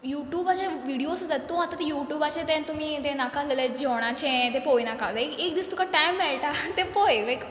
युटुबाचे videos आसात तूं आतां तें युटुबाचें तें तुमी तें नाका आसललें जेवणाचें तें पोय नाका वॅरी एक दीस तुका टायम मेळटा तें पय लायक